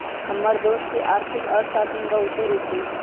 हमर दोस के आर्थिक अर्थशास्त्र में बहुते रूचि हइ